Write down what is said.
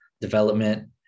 development